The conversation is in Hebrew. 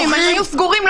אם הם היו סגורים,